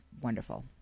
wonderful